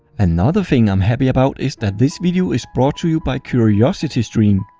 another thing i'm happy about is that this video is brought to you by curiositystream.